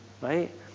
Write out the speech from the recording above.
Right